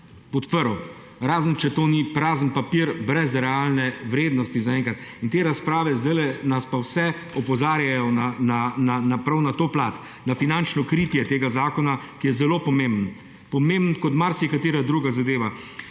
podprl, razen če to ni prazen papir, brez realne vrednosti zaenkrat. In te razprave zdajle nas pa vse opozarjajo prav na to plat, na finančno kritje tega zakona, ki je zelo pomemben, pomemben kot marsikatera druga zadeva.